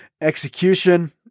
execution